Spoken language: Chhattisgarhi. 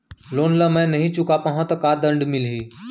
लोन ला मैं नही चुका पाहव त का दण्ड मिलही?